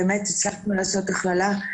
באמת הצלחנו לעשות הכללה.